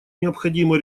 необходимо